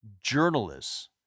Journalists